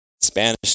Spanish